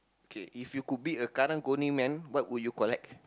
K if you could beat a karung-guni man what would you collect